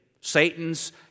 Satan's